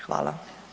Hvala.